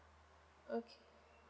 okay